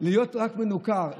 רק מנוכר,